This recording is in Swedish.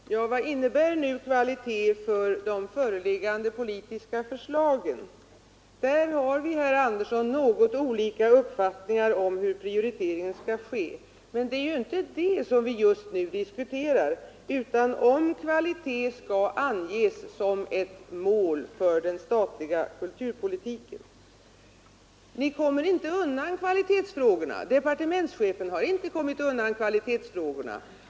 Herr talman! Vad innebär nu kvalitet i fråga om de föreliggande politiska förslagen? Där har vi, herr Andersson i Lycksele, något olika uppfattningar om hur prioriteringen skall ske. Men det är ju inte det som vi nu diskuterar, utan vad det gäller är om kvalitet skall anges som ett mål för den statliga kulturpolitiken. Ni kommer inte undan kvalitetsfrågorna, vilket inte heller departementschefen har gjort.